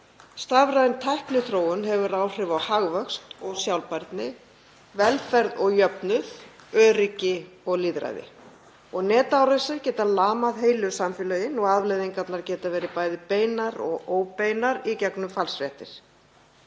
Stafræn tækniþróun hefur áhrif á hagvöxt og sjálfbærni, velferð og jöfnuð, öryggi og lýðræði. Netárásir geta lamað heilu samfélögin og afleiðingarnar geta verið bæði beinar og óbeinar í gegnum falsfréttir.